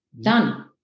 Done